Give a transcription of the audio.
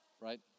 right